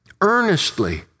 earnestly